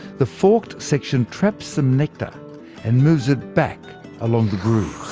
the forked section traps some nectar and moves it back along the grooves.